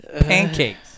Pancakes